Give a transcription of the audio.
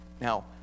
Now